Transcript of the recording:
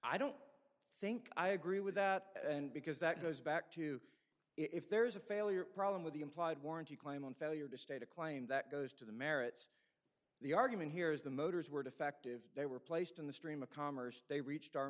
i don't think i agree with that and because that goes back to if there's a failure problem with the implied warranty claim on failure to state a claim that goes to the merits the argument here is the motors were defective they were placed in the stream of commerce they reached our